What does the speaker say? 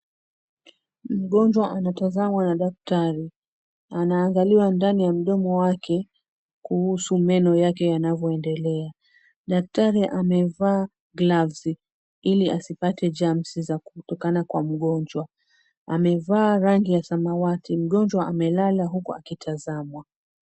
Mgonjwa anatazamwa na daktari. Anaangaliwa ndani ya mdomo wake kuhusu meno yake yanavyoendelea. Daktari amevaa glavsi ili asipate germs za kutokana kwa mgonjwa. Amevaa rangi ya samawati mgonjwa amelala huku akitazamwa.